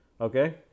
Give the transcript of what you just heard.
Okay